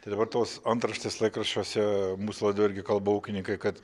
tai dabar tos antraštės laikraščiuose mūsų laidoj irgi kalba ūkininkai kad